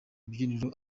rubyiniro